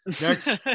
Next